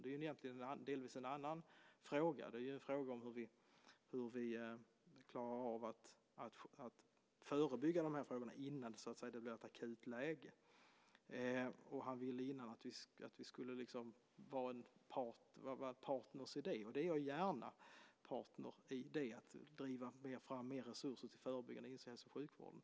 Det är delvis en annan fråga - en fråga om hur vi klarar av att förebygga i de här avseendena innan det blir ett akut läge. Kenneth Lantz vill att vi ska vara en partner där. Jag är gärna en partner i fråga om att driva fram mer resurser till förebyggande insatser i hälso och sjukvården.